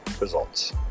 results